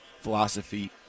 philosophy